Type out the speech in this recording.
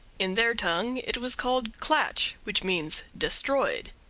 in their tongue it was called klatch, which means destroyed.